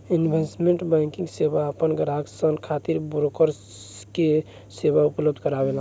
investment banking सेवा आपन ग्राहक सन खातिर ब्रोकर के सेवा उपलब्ध करावेला